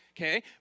Okay